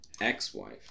ex-wife